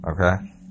okay